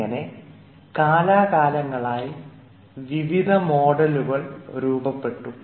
ഇങ്ങനെ കാലാകാലങ്ങളായി വിവിധ മോഡലുകൾ രൂപപ്പെട്ടു